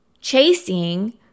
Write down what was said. chasing